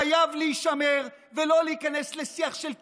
חייב להישמר ולא להיכנס לשיח של קיצוניים.